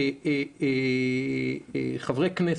חברי הכנסת,